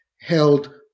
held